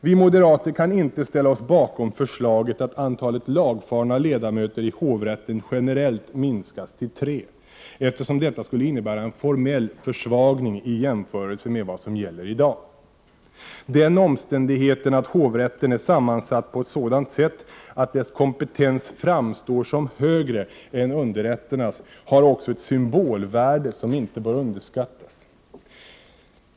Vi moderater kan inte ställa oss bakom förslaget att antalet lagfarna ledamöter i hovrätten generellt minskas till tre, eftersom detta skulle innebära en formell försvagning i jämförelse med vad som gäller i dag. Den omständigheten att hovrätten är sammansatt på ett sådant sätt att dess kompetens framstår som högre än underrätternas har också ett symbolvärde som inte bör underskattas.